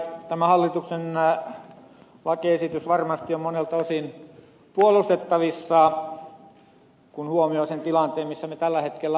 tämä hallituksen lakiesitys on varmasti monelta osin puolustettavissa kun huomioi sen tilanteen missä me tällä hetkellä olemme